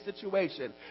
situation